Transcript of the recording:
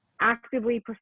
actively